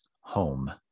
home